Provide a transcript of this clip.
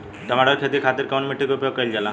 टमाटर क खेती खातिर कवने मिट्टी के उपयोग कइलजाला?